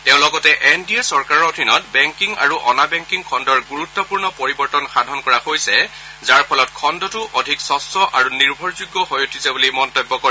তেওঁ লগতে N D চৰকাৰৰ অধীনত বেংকিং আৰু অনা বেংকিং খণ্ডৰ গুৰুত্পূৰ্ণ পৰিৱৰ্তন সাধন কৰা হৈছে যাৰ ফলত খণ্ডটো অধিক স্কৃছ আৰু নিৰ্ভৰযোগ্য হৈ উঠিছে বুলি মন্তব্য কৰে